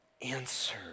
Answer